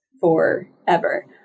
forever